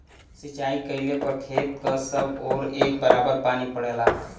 सिंचाई कइले पर खेत क सब ओर एक बराबर पानी पड़ेला